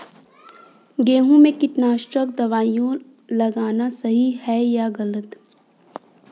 गेहूँ में कीटनाशक दबाई लगाना सही है या गलत?